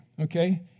okay